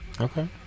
okay